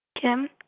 Kim